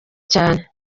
cyane